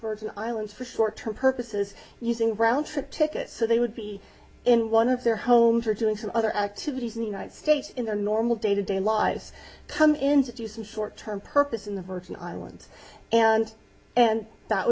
virgin islands for short term purposes using round trip tickets so they would be in one of their homes or doing some other activities in the united states in their normal day to day lives come in to do some short term purpose in the virgin islands and and that